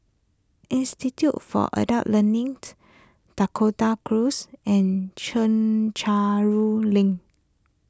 Institute for Adult Learning Dakota Close and Chencharu Link